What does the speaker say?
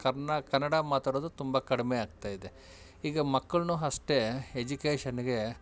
ಕರ್ನ ಕನ್ನಡ ಮಾತಾಡೋದು ತುಂಬ ಕಡಿಮೆ ಆಗ್ತಾಯಿದೆ ಈಗ ಮಕ್ಕಳೂ ಅಷ್ಟೆ ಎಜುಕೇಷನ್ಗೆ